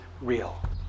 real